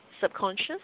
subconscious